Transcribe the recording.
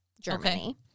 Germany